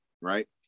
right